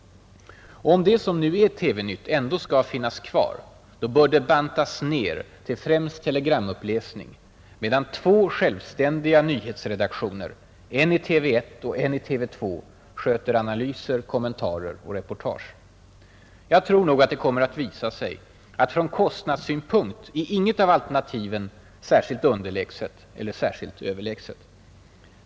Om det som nu är TV-Nytt ändå skall finnas kvar, bör det bantas ner till främst telegramuppläsning, medan två självständiga nyhetsredaktioner, en i TV 1 och en i TV 2, sköter analyser, kommentarer och reportage. Jag tror nog det kommer att visa sig att från kostnadssynpunkt är inget av alternativen särskilt underlägset eller särskilt överlägset.